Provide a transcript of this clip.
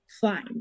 fine